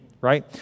right